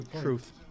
Truth